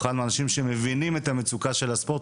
אחד מהאנשים שמבינים את המצוקה של הספורט,